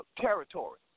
territory